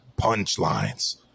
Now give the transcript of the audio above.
punchlines